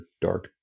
dark